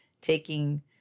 taking